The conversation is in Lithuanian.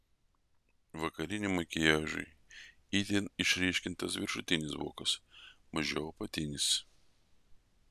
vakariniam makiažui itin išryškintas viršutinis vokas mažiau apatinis